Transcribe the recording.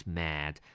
mad